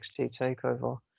TakeOver